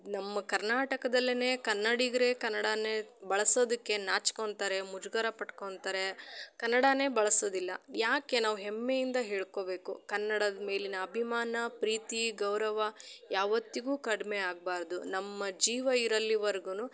ನಮ್ಮ ಕರ್ನಾಟಕದಲ್ಲೆ ಕನ್ನಡಿಗರೆ ಕನ್ನಡಾನೆ ಬಳಸೋದಿಕ್ಕೆ ನಾಚ್ಕೊತಾರೆ ಮುಜುಗರ ಪಟ್ಕೋತಾರೆ ಕನ್ನಡಾನೆ ಬಳಸೋದಿಲ್ಲ ಯಾಕೆ ನಾವು ಹೆಮ್ಮೆಯಿಂದ ಹೇಳ್ಕೊಬೇಕು ಕನ್ನಡದ ಮೇಲಿನ ಅಭಿಮಾನ ಪ್ರೀತಿ ಗೌರವ ಯಾವತ್ತಿಗು ಕಡಿಮೆ ಆಗಬಾರ್ದು ನಮ್ಮ ಜೀವ ಇರಲ್ಲಿವರ್ಗು